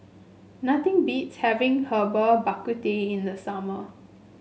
nothing beats having Herbal Bak Ku Teh in the summer